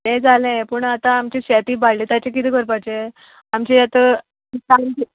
तें जालें पूण आतां आमचें शेत इबाडलें तेचे किदें करपाचें आमचें आतां